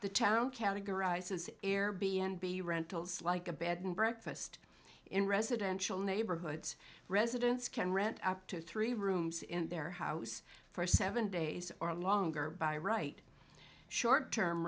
the town categorized as air b n b rentals like a bed and breakfast in residential neighborhoods residents can rent up to three rooms in their house for seven days or longer by right short term